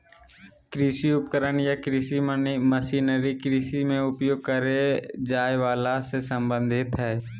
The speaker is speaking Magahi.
कृषि उपकरण या कृषि मशीनरी कृषि मे उपयोग करे जाए वला से संबंधित हई